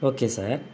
okay sir